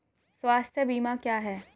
स्वास्थ्य बीमा क्या है?